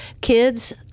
Kids